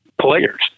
players